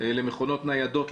למכונות ניידות,